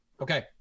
Okay